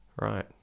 Right